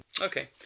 Okay